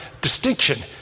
distinction